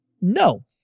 No